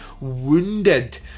wounded